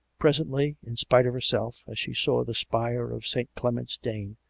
presently, in spite of herself, as she saw the spire of st. clement's dane,